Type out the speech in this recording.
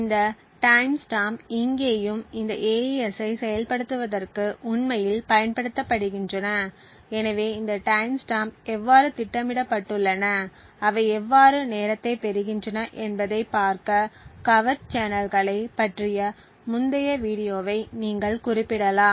இந்த time stamp இங்கேயும் இந்த AES ஐ செயல்படுத்துவதற்கு உண்மையில் பயன்படுத்தப்படுகின்றன எனவே இந்த டைம் ஸ்டாம்ப் எவ்வாறு திட்டமிடப்பட்டுள்ளன அவை எவ்வாறு நேரத்தை பெறுகின்றன என்பதைப் பார்க்க கவர்ட் சேனல்களைப் பற்றிய முந்தைய வீடியோவை நீங்கள் குறிப்பிடலாம்